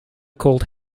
called